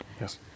Yes